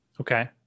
okay